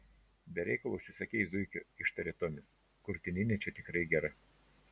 be reikalo užsisakei zuikio ištarė tomis krūtininė čia tikrai gera